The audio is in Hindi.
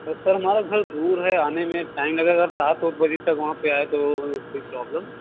तो सर हमारा घर दूर है आने में टाइम लगेगा सात ओत बजे तक वहाँ पर आए तो कोई प्रोब्लम